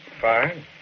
Fine